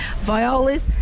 Violas